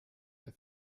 der